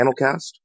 Panelcast